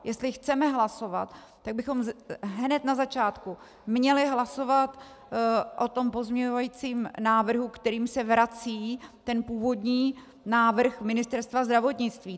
Jestli chceme hlasovat, tak bychom hned na začátku měli hlasovat o pozměňovacím návrhu, kterým se vrací ten původní návrh Ministerstva zdravotnictví.